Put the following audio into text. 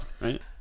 right